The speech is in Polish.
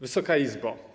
Wysoka Izbo!